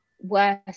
worse